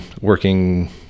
working